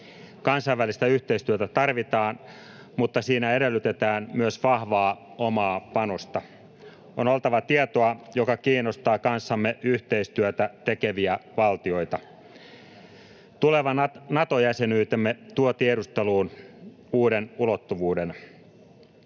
Kansainvälistä yhteistyötä tarvitaan, mutta siinä edellytetään myös vahvaa omaa panosta. On oltava tietoa, joka kiinnostaa kanssamme yhteistyötä tekeviä valtioita. Tuleva Nato-jäsenyytemme tuo tiedusteluun uuden ulottuvuuden.